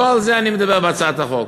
לא על זה אני מדבר בהצעת החוק.